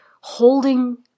Holding